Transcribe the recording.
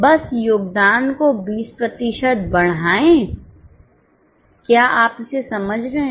बस योगदान को 20 प्रतिशत बढ़ाएं क्या आप इसे समझ रहे हैं